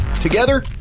Together